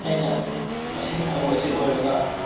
ꯑꯩꯅ ꯃꯁꯤꯒꯤ ꯊꯕꯛ ꯑꯁꯤ ꯑꯣꯏꯔꯒ